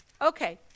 Okay